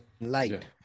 light